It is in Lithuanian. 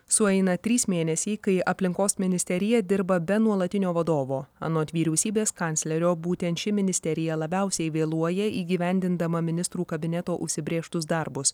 sueina trys mėnesiai kai aplinkos ministerija dirba be nuolatinio vadovo anot vyriausybės kanclerio būtent ši ministerija labiausiai vėluoja įgyvendindama ministrų kabineto užsibrėžtus darbus